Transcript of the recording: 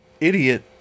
idiot